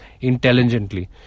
intelligently